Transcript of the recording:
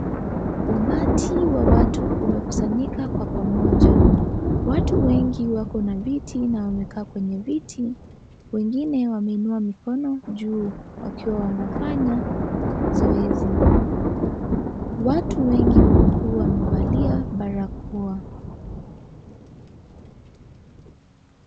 Umati wa watu umekusanyika kwa pamoja. Watu wengi wako na viti na wamekaa kwenye viti, wengine wameinua mikono juu wakiwa wanafanya zoezi. Watu wengi huku wamevalia barakoa.